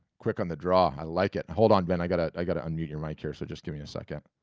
quick on the draw, i like it. hold on ben, i gotta i gotta unmute your mic here so just give me a second.